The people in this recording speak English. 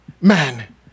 man